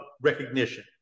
recognition